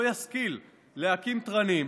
לא ישכיל להקים תרנים,